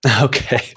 Okay